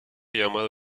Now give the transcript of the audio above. llamado